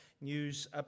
news